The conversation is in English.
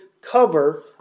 cover